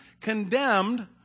condemned